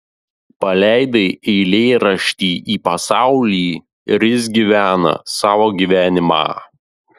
paleidai eilėraštį į pasaulį ir jis gyvena savo gyvenimą